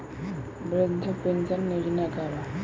वृद्ध पेंशन योजना का बा?